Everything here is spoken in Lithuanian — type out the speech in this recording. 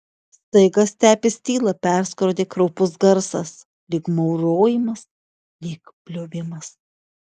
staiga stepės tylą perskrodė kraupus garsas lyg maurojimas lyg bliovimas